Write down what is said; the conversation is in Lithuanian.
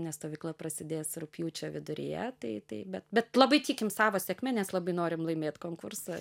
nes stovykla prasidės rugpjūčio viduryje tai tai bet bet labai tikim savo sėkme nes labai norim laimėt konkursą